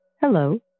Hello